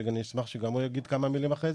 שאני אשמח שגם הוא יגיד כמה מילים אחר כך